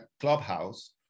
clubhouse